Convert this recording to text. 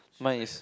my is